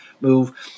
move